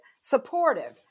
supportive